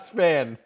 fan